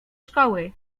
szkoły